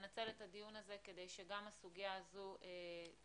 לנצל את הדיון הזה כדי שגם הסוגיה הזאת תטופל.